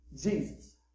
Jesus